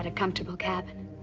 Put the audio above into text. and comfortable cabin?